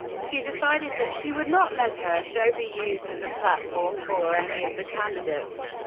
she decided that she would not let her show be used as a platform for any of the candidates.